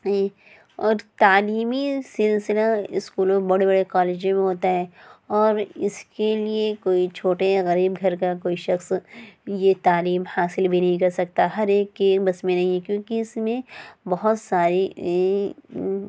اور تعلیمی سلسلہ اسکولوں بڑے بڑے کالجوں میں ہوتا ہے اور اس کے لیے کوئی چھوٹے یا غریب گھر کا کوئی شخص یہ تعلیم حاصل بھی نہیں کر سکتا ہر ایک کے بس میں نہیں کیونکہ اس میں بہت ساری یہ